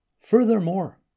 Furthermore